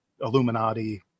Illuminati